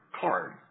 card